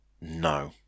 No